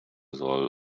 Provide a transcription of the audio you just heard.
soll